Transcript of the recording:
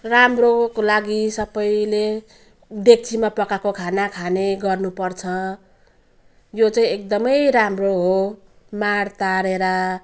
राम्रोको लागि सबले डेक्चीमा पकाएको खाना खाने गर्नु पर्छ यो चाहिँ एकदमै राम्रो हो माड तारेर